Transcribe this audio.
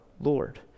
Lord